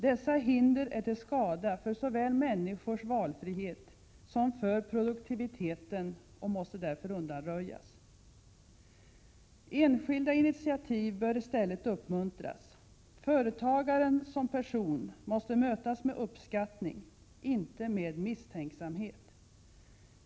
Detta hinder är till skada för såväl människors valfrihet som produktiviteten och måste därför undanröjas. Enskilda initiativ bör i stället uppmuntras. Företagaren som person måste mötas med uppskattning — inte med misstänksamhet.